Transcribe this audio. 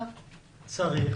אתה צריך